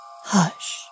Hush